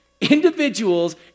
individuals